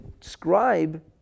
scribe